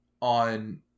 on